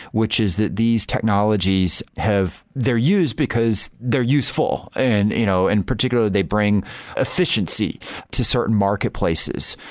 which is that these technologies have their use, because they're useful and you know and particularly they bring efficiency to certain marketplaces.